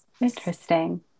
Interesting